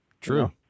True